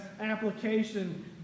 application